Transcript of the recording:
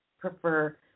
prefer